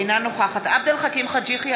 אינה נוכחת עבד אל חכים חאג' יחיא,